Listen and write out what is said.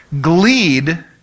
Gleed